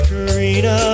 Karina